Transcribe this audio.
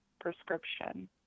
prescription